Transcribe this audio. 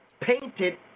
painted